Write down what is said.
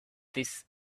this